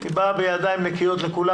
הייתי בא בידיים נקיות לכולם,